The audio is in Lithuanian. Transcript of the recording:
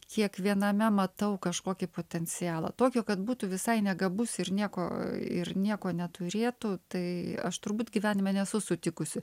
kiekviename matau kažkokį potencialą tokio kad būtų visai negabus ir nieko ir nieko neturėtų tai aš turbūt gyvenime nesu sutikusi